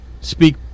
speak